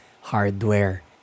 hardware